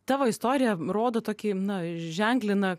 tavo istorija rodo tokį na ženklina